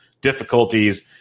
difficulties